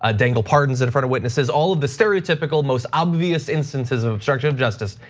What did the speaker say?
ah dangle pardons in front of witnesses, all of the stereotypical most obvious instances of obstruction of justice.